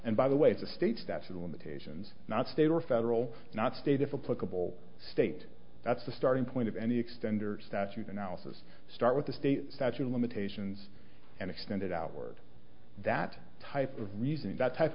and by the way the state statute of limitations not state or federal not state if a political state that's the starting point of any extend or statute analysis start with the state statute of limitations and extended outward that type of reasoning that type